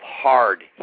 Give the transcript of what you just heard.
hard